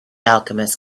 alchemist